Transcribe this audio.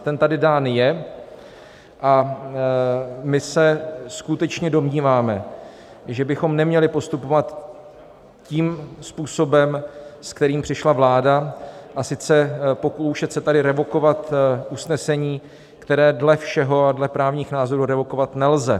Ten tady je dán a my se domníváme, že bychom neměli postupovat tím způsobem, se kterým přišla vláda, a sice pokoušet se tady revokovat usnesení, které dle všeho a dle právních názorů revokovat nelze.